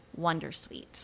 wondersuite